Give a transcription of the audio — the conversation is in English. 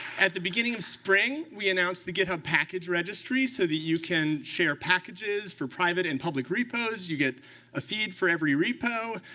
at the beginning of spring, we announced the github package registry, so that you can share packages for private and public repos. you get a feed for every repo.